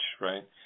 right